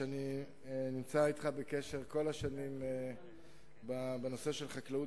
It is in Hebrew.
אני נמצא אתך בקשר כל השנים בנושא החקלאות